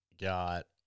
got